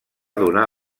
donar